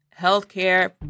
healthcare